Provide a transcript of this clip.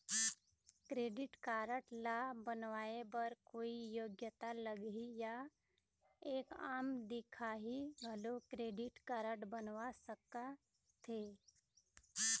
Credit card ला बनवाए बर कोई योग्यता लगही या एक आम दिखाही घलो क्रेडिट कारड बनवा सका थे?